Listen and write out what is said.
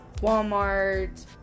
Walmart